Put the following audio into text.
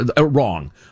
wrong